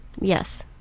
Yes